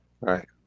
Right